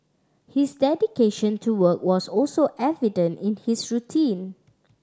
his dedication to work was also evident in his routine